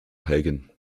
hagen